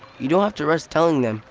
you don't have to rush telling them.